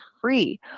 free